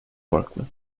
farklı